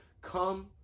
come